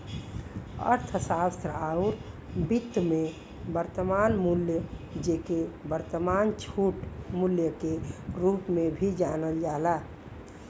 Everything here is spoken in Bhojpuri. अर्थशास्त्र आउर वित्त में, वर्तमान मूल्य, जेके वर्तमान छूट मूल्य के रूप में भी जानल जाला